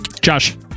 Josh